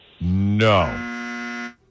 no